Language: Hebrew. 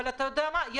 אבל יש עובדות.